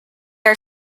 are